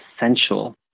essential